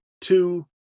two